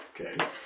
Okay